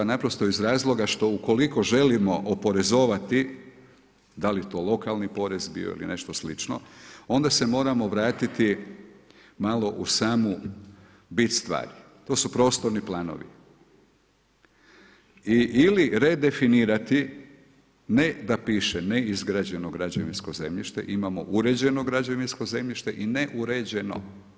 Naprosto iz razloga što ukoliko želimo oporezovati, da li to lokalni porez bio ili nešto slično, onda se moramo vratiti malo u samu bit stvari, to su prostorni planovi ili redefinirati ne da piše neizgrađeno građevinsko zemljište, imamo uređeno građevinsko zemljište i ne uređeno.